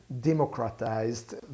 democratized